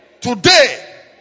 Today